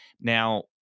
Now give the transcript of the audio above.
Now